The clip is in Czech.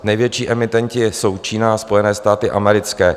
Největší emitenti jsou Čína a Spojené státy americké.